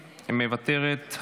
מוותרת,